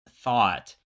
thought